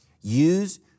Use